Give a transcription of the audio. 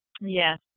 Yes